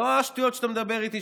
לא השטויות שאתה מדבר איתי,